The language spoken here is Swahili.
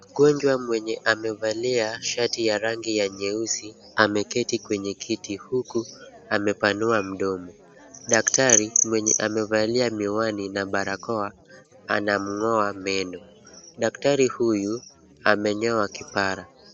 Mgonjwa mwenye amevalia shati ya rangi ya nyeusi ameketi kwenye kiti huku amepanua mdomo. Daktari mwenye amevalia miwani na barakoa anamng'oa meno. Daktari huyu amenyoa kipara.